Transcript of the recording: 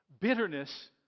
Bitterness